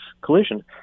collision